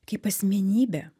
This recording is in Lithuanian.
kaip asmenybė